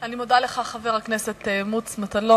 אני מודה לך, חבר הכנסת מוץ מטלון.